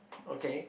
okay